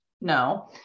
no